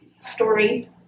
story